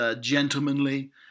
gentlemanly